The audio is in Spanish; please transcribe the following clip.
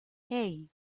hey